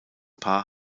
paar